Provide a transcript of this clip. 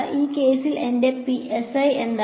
ഈ കേസിൽ എന്റെ psi എന്താണ്